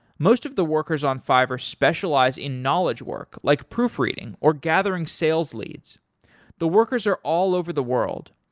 most of the workers on fiverr specialize in knowledge work, like proofreading or gathering sales leads the workers are all over the world.